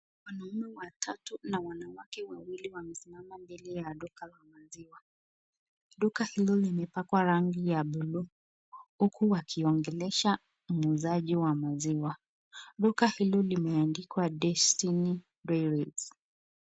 Wanaume watatu na wanawake wawili wamesimama mbele ya duka la maziwa. Duka hilo limepakwa rangi ya bluu , huku wakiongelesha muuzaji wa maziwa. Duka hilo limeandikwa Destiny Dairies .